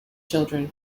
children